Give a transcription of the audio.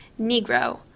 Negro